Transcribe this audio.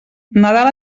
nadal